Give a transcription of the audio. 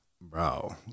bro